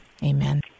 Amen